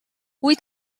wyt